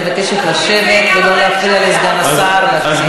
אני מבקשת לשבת ולא להפריע לסגן השר להשלים.